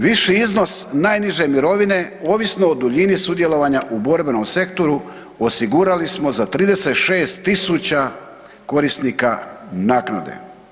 Viši iznos najniže mirovine ovisno o duljini sudjelovanja u borbenom sektoru osigurali smo za 36.000 korisnika naknade.